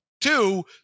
two